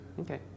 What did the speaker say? Okay